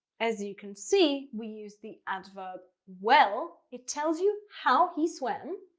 as you can see, we use the adverb well. it tells you how he swam,